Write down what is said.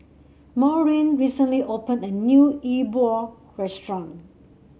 Maurine recently opened a new E Bua restaurant